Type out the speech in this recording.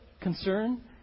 concern